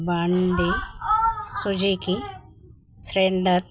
Bandi Suzuki ఫ్రెండర్